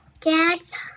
dad's